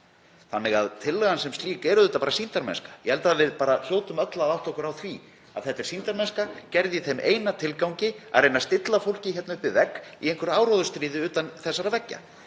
Tillagan sem slík er auðvitað bara sýndarmennska. Ég held að við hljótum öll að átta okkur á því að þetta er sýndarmennska, gerð í þeim eina tilgangi að reyna að stilla fólki upp við vegg í einhverju áróðursstríði utan þessara veggja.